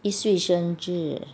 一岁生日